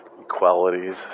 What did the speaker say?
equalities